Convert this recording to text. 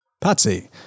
Patsy